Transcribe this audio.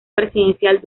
presidencial